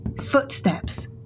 footsteps